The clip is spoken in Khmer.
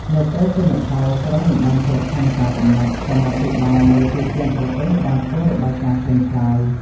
នៅពេលទិន្នផល ស្រូវមិនបានគ្រប់ផែនការកំណត់ កម្មាភិបាលនៅទូទាំងប្រទេសបានធ្វើរបាយការណ៍ក្លែងក្លាយ។